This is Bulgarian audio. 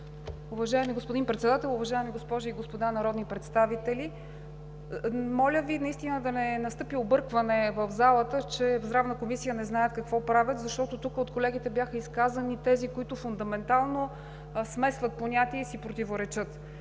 Уважаеми господин Председател, уважаеми госпожи и господа народни представители! Моля Ви наистина да не настъпи объркване в залата, че в Здравната комисия не знаят какво правят, защото тук от колегите бяха изказани тези, които фундаментално смесват понятия и си противоречат.